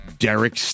Derek